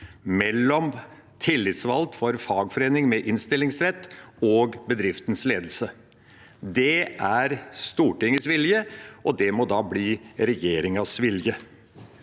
mellom tillitsvalgt for fagforening med innstillingsrett og bedriftens ledelse. Det er Stortingets vilje, og det må da bli regjeringas vilje.